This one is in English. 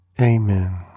Amen